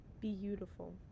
beautiful